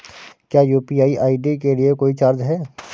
क्या UPI ID के लिए कोई चार्ज है?